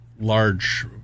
large